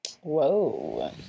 Whoa